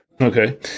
Okay